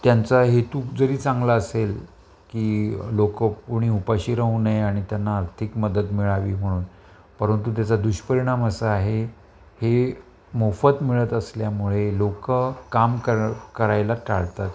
त्यांचा हेतूक जरी चांगला असेल की लोकं कोणी उपाशी राहू नये आणि त्यांना आर्थिक मदत मिळावी म्हणून परंतु त्याचा दुष्परिणाम असा आहे हे मोफत मिळत असल्यामुळे लोकं काम करा करायला टाळतात